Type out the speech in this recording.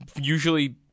usually